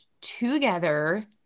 together